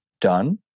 done